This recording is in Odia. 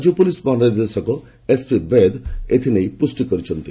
ରାଜ୍ୟ ପୁଲିସ୍ ମହାନିର୍ଦ୍ଦେଶକ ଏସ୍ପି ବୈଦ ଏଥିନେଇ ପୁଷ୍ଟି କରିଛନ୍ତି